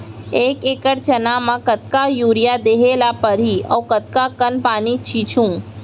एक एकड़ चना म कतका यूरिया देहे ल परहि अऊ कतका कन पानी छींचहुं?